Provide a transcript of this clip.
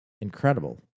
incredible